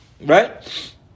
Right